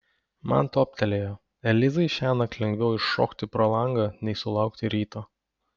man toptelėjo elizai šiąnakt lengviau iššokti pro langą nei sulaukti ryto